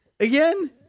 again